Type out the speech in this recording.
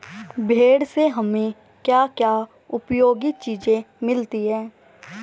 भेड़ से हमें क्या क्या उपयोगी चीजें मिलती हैं?